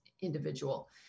individual